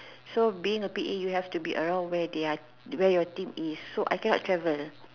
so being a P_A you have to be around where they are where your team is so I cannot travel